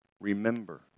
remember